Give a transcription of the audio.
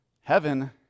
heaven